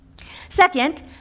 Second